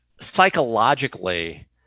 psychologically